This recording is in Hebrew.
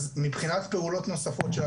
מבחינת פעולות נוספות,